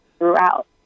Throughout